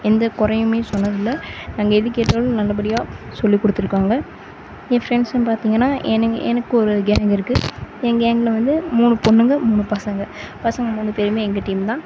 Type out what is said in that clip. எந்த குறையுமே சொன்னதில்லை நாங்கள் எது கேட்டாலும் நல்லபடியாக சொல்லி கொடுத்துருக்காங்க என் ஃப்ரெண்ட்ஸ்சும் பார்த்திங்கன்னா எனக்கு எனக்கு ஒரு கேங் இருக்குது என் கேங்கில் வந்து மூணு பொண்ணுங்கள் மூணு பசங்கள் பசங்கள் மூணு பேருமே எங்கள் டீம் தான்